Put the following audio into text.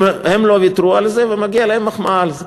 הם לא ויתרו על זה, ומגיעה להם מחמאה על כך.